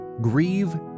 grieve